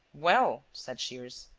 well, said shears,